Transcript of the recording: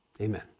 Amen